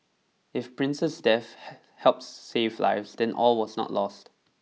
if prince's death hell helps save lives then all was not lost